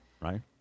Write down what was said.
right